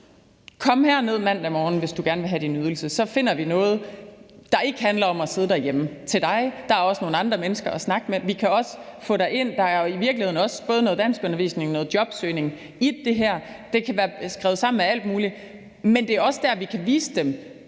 Kom herned mandag morgen, hvis du gerne vil have din ydelse, så finder vi noget, der ikke handler om at sidde derhjemme, til dig; der er også nogle andre mennesker at snakke med, og vi kan også få dig ind til noget andet. Der er i virkeligheden også både noget danskundervisning og noget jobsøgning i det her. Det kan være skruet sammen af alt muligt. Men det er også der, vi kan vise dem